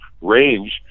range